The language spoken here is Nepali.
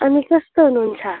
अनि कस्तो हुनुहुन्छ